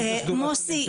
מוסי,